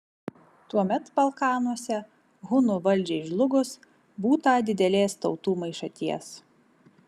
tuomet balkanuose hunų valdžiai žlugus būta didelės tautų maišaties